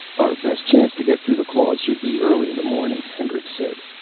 our best chance to get through the claws should be early in the morning, hendricks said.